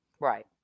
Right